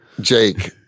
Jake